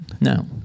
no